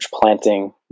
planting